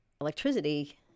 electricity